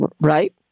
right